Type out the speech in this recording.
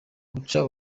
guca